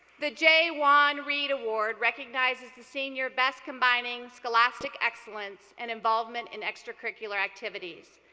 the j. juan reid award recognizes the senior best combining scholastic excellence and involvement in extracurricular activities.